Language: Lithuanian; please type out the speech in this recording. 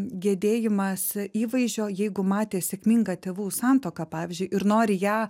gedėjimas įvaizdžio jeigu matė sėkmingą tėvų santuoką pavyzdžiui ir nori ją